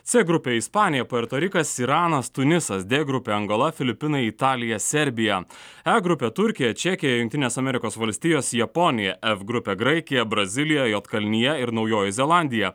c grupė ispanija puerto rikas iranas tunisas d grupė angola filipinai italija serbija e grupė turkija čekija jungtines amerikos valstijos japonija f grupė graikija brazilija juodkalnija ir naujoji zelandija